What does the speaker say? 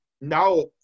now